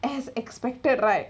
as expected right